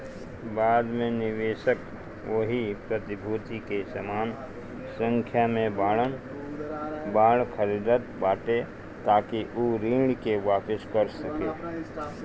बाद में निवेशक ओही प्रतिभूति के समान संख्या में बांड खरीदत बाटे ताकि उ ऋण के वापिस कर सके